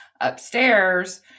upstairs